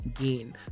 gain